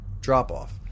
drop-off